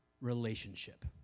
relationship